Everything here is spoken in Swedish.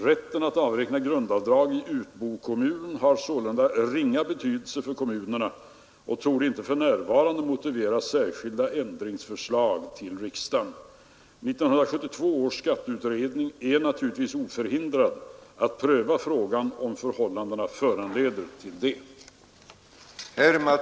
Rätten att avräkna grundavdrag i utbokommun har sålunda ringa betydelse för kommunerna och torde inte för närvarande motivera särskilt ändringsförslag till riksdagen. 1972 års skatteutredning är naturligtvis oförhindrad att pröva frågan om förhållandena föranleder till det.